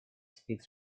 speaks